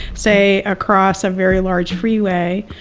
say, across a very large freeway.